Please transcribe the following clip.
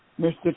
Mr